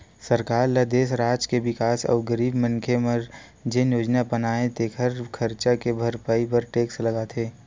सरकार ल देस, राज के बिकास अउ गरीब मनखे बर जेन योजना बनाथे तेखर खरचा के भरपाई बर टेक्स लगाथे